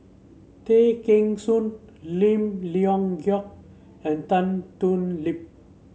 Tay Kheng Soon Lim Leong Geok and Tan Thoon Lip